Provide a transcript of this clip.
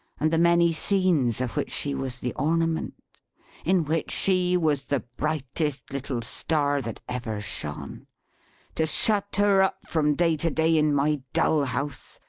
and the many scenes of which she was the ornament in which she was the brightest little star that ever shone to shut her up from day to day in my dull house,